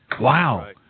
Wow